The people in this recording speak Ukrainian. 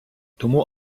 тому